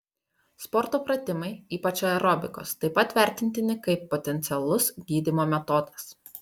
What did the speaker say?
sporto pratimai ypač aerobikos taip pat vertintini kaip potencialus gydymo metodas